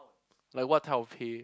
like what type of pay